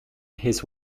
his